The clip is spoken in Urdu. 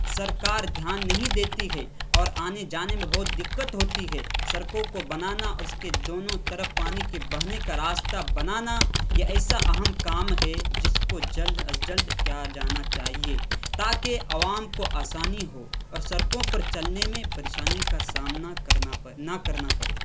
سرکار دھیان نہیں دیتی ہے اور آنے جانے میں بہت دقت ہوتی ہے سڑکوں کو بنانا اور اس کے دونوں طرف پانی کے بہنے کا راستہ بنانا یہ ایسا اہم کام ہے جس کو جلد از جلد کیا جانا چاہیے تاکہ عوام کو آسانی ہو اور سڑکوں پر چلنے میں پریشانی کا سامنا کرنا نہ کرنا پڑے